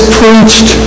preached